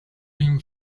been